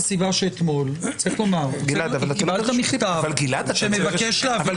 זאת הסיבה שאתמול ביקשת מכתב שמבקש להביא